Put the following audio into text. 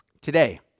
today